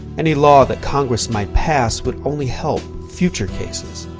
any law that congress might pass would only help future cases,